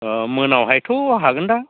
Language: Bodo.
अ मोनायावहायथ' हागोनदां